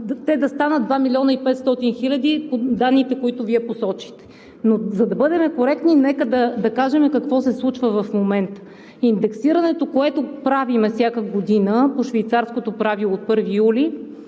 да станат 2 милиона и 500 хиляди по данните, които Вие посочихте. Но, за да бъдем коректни, нека да кажем какво се случва в момента. Индексирането, което правим всяка година по „швейцарското правило“ от 1 юли,